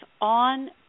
on